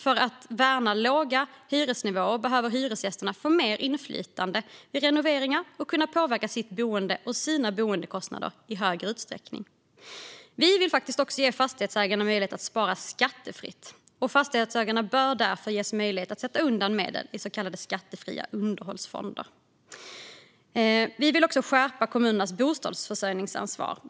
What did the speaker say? För att värna låga hyresnivåer behöver hyresgästerna få mer inflytande vid renoveringar och kunna påverka sitt boende och sina boendekostnader i större utsträckning. Vi vill också ge fastighetsägare möjlighet att spara skattefritt. Fastighetsägare bör ges möjlighet att sätta undan medel för framtida renoveringar i så kallade skattefria underhållsfonder. Vi vill skärpa kommunernas bostadsförsörjningsansvar.